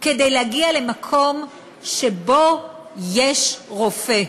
כדי להגיע למקום שבו יש רופא.